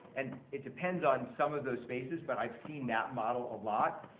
and it depends on some of those spaces, but i've seen that model a lot,